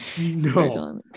no